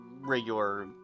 regular